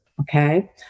okay